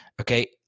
Okay